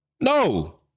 No